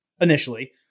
initially